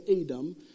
Adam